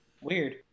Weird